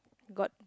got